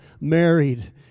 married